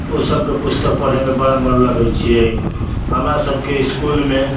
ओसब के पुस्तक पढ़यमे बड़ा मन लगै छै हमरा सबके इसकुलमे